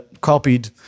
copied